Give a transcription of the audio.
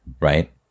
right